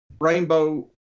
rainbow